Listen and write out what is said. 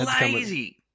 lazy